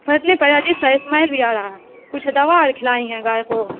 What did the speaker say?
پھٹنے پر عجیب سا اسمیل بھی آ رہا ہے کچھ دوا کھلائی ہیں گائے کو